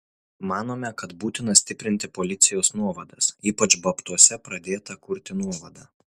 manome kad būtina stiprinti policijos nuovadas ypač babtuose pradėtą kurti nuovadą